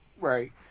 right